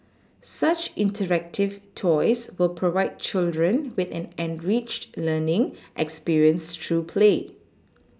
such interactive toys will provide children with an enriched learning experience through play